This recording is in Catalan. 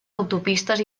autopistes